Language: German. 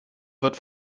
wird